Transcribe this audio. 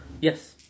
Yes